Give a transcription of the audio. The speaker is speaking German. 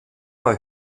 bei